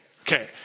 okay